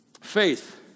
Faith